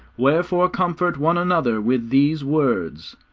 wherefore, comfort one another with these words.